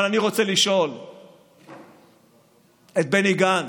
אבל אני רוצה לשאול את בני גנץ,